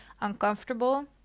uncomfortable